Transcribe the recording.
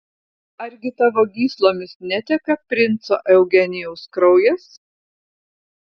argi tavo gyslomis neteka princo eugenijaus kraujas